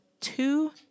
two